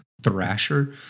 thrasher